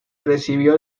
recibió